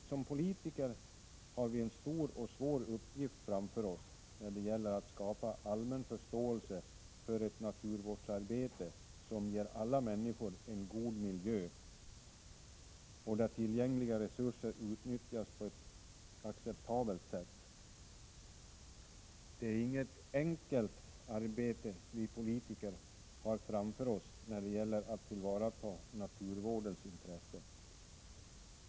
Som politiker har vi en stor och svår uppgift framför oss när det gäller att skapa allmän förståelse för ett naturvårdsarbete som ger alla människor en god miljö och där tillgängliga resurser utnyttjas på ett acceptabelt sätt. Det är inget enkelt arbete vi politiker har framför oss när det gäller att tillvarata naturvårdens intressen.